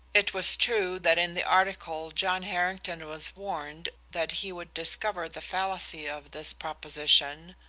it was true that in the article john harrington was warned that he would discover the fallacy of this proposition,